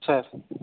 sir